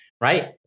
right